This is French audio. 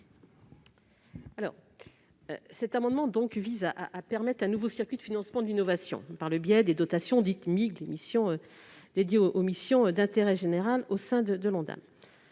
? Cet amendement vise à permettre un nouveau circuit de financement de l'innovation, par le biais des dotations dédiées aux missions d'intérêt général (MIG). Une telle